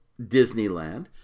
Disneyland